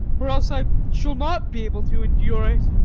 or else i shall not be able to endure it.